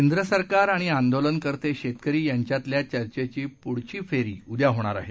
केंद्र सरकार आणि आंदोलनकर्ते शेतकरी यांच्यातल्या चर्चेची पुढची फेरी उद्या होणार आहे